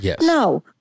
No